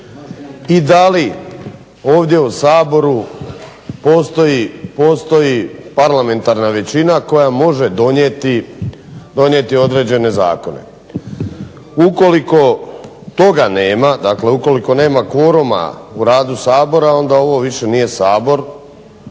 i da li ovdje u Saboru postoji parlamentarna većina koja može donijeti određene zakone. Ukoliko nema kvoruma u radu Sabora onda ovo više nije Sabor,